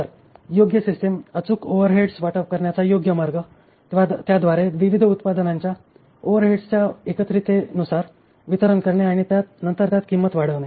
तर योग्य सिस्टम अचूक ओव्हरहेड्स वाटप करण्याचा योग्य मार्ग त्याद्वारे विविध उत्पादनांच्या ओव्हरहेडच्या एकत्रिततेनुसार वितरण करणे आणि नंतर त्यात किंमत वाढविणे